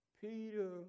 Peter